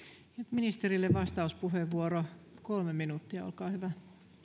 ministerille vastauspuheenvuoro kolme minuuttia olkaa hyvä